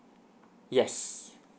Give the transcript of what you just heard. yes